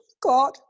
God